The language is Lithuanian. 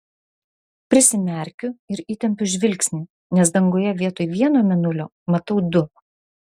prisimerkiu ir įtempiu žvilgsnį nes danguje vietoj vieno mėnulio matau du